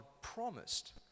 promised